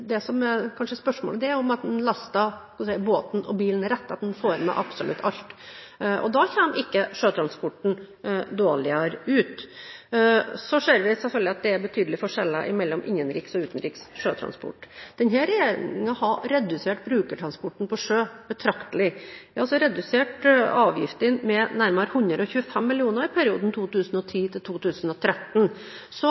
avgifter. Det som kanskje er spørsmålet, er om man laster båten og bilen riktig, at man får med absolutt alt. Da kommer ikke sjøtransporten dårligere ut. Vi ser selvfølgelig at det er betydelige forskjeller mellom innenriks og utenriks sjøtransport. Denne regjeringen har redusert brukertransporten på sjø betraktelig. Vi har redusert avgiftene med nærmere 125 mill. kr i perioden 2010–2013. Så